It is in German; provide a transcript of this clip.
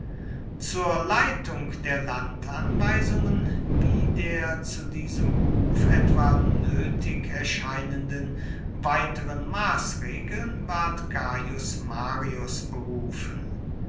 zur leitung der landanweisungen wie der zu diesem behuf etwa nötig erscheinenden weiteren maßregeln ward gaius marius berufen